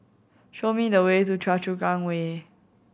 show me the way to Choa Chu Kang Way